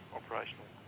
operational